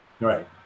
Right